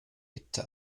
hitta